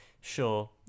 sure